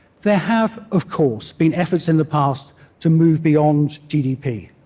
there have, of course, been efforts in the past to move beyond gdp.